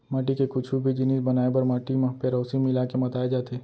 माटी के कुछु भी जिनिस बनाए बर माटी म पेरौंसी मिला के मताए जाथे